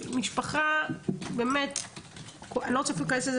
אני לא רוצה להיכנס לזה,